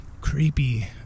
creepy